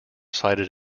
sighted